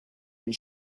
and